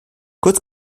kurz